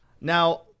Now